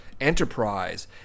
enterprise